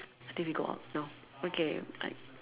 I think we go out now okay bye